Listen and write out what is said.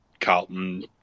Carlton